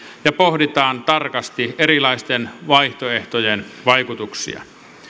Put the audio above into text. ja pohditaan tarkasti erilaisten vaihtoehtojen vaikutuksia